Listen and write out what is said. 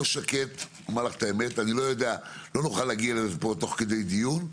שקט ולא נוכל להגיע לזה פה תוך כדי דיון,